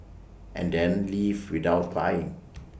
and then leave without buying